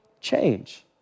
change